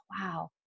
wow